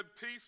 Peace